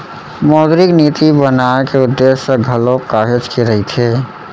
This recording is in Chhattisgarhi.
मौद्रिक नीति बनाए के उद्देश्य घलोक काहेच के रहिथे